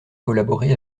collaborer